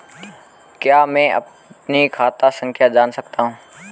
क्या मैं अपनी खाता संख्या जान सकता हूँ?